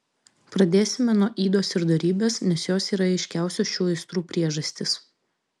pradėsime nuo ydos ir dorybės nes jos yra aiškiausios šių aistrų priežastys